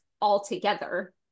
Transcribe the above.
altogether